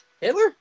Hitler